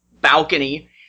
balcony